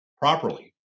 properly